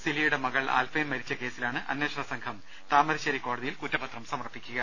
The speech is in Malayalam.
സിലിയുടെ മകൾ ആൽഫൈൻ മരിച്ച കേസിലാണ് അന്വേഷണ സംഘം താമരശ്ശേരി കോടതിയിൽ കുറ്റപത്രം സമർപ്പിക്കുക